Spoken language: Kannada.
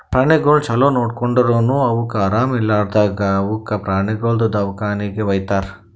ಪ್ರಾಣಿಗೊಳಿಗ್ ಛಲೋ ನೋಡ್ಕೊಂಡುರನು ಅವುಕ್ ಆರಾಮ ಇರ್ಲಾರ್ದಾಗ್ ಅವುಕ ಪ್ರಾಣಿಗೊಳ್ದು ದವಾಖಾನಿಗಿ ವೈತಾರ್